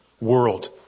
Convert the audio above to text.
world